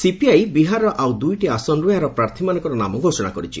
CPI ବିହାରର ଆଉ ଦୁଇଟି ଆସନରୁ ଏହାର ପ୍ରାର୍ଥୀମାନଙ୍କର ନାମ ଘୋଷଣା କରିଛି